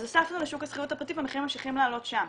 אז הוספנו לשוק השכירות הפרטי והמחירים ממשיכים לעלות שם.